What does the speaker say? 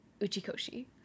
Uchikoshi